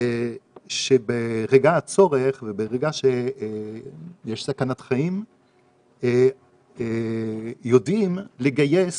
שברגע הצורך וברגע שיש סכנת חיים יודעים לגייס